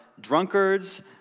drunkards